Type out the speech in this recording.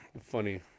funny